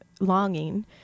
longing